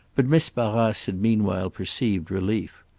but miss barrace had meanwhile perceived relief.